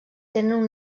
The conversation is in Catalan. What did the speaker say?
tenen